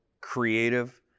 creative